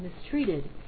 mistreated